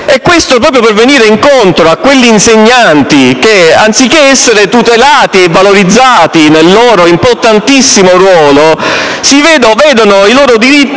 Questo proprio per venire incontro a quegli insegnanti che, anziché essere tutelati e valorizzati nel loro importantissimo ruolo, vedono i loro diritti